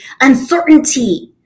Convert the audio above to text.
uncertainty